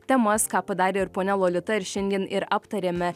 temas ką padarė ir ponia lolita ir šiandien ir aptarėme